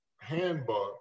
handbook